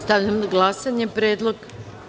Stavljam na glasanje predlog.